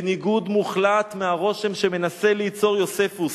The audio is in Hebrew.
בניגוד מוחלט לרושם שמנסה ליצור יוספוס.